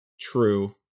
True